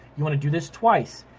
you wanna do this twice.